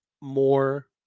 more